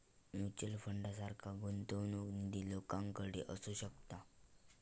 mutual फंडासारखा गुंतवणूक निधी लोकांकडे असू शकता